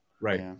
Right